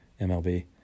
MLB